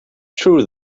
true